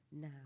now